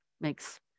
makes